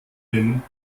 hin